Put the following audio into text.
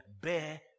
bear